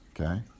okay